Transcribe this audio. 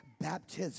baptism